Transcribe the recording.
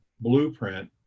blueprint